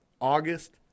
August